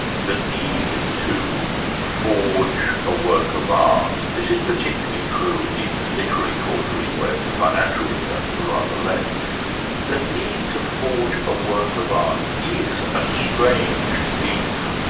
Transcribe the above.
the need to forge a work of art this is particularly true in literary forgery where the financial returns are ah rather less the need to forge a work of art is a strange, deep,